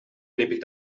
olímpic